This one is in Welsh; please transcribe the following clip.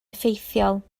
effeithiol